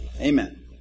Amen